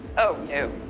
oh, no.